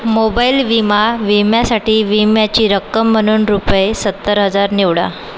mobile विमा विम्यासाठी विम्याची रक्कम म्हणून रुपये सत्तर हजार निवडा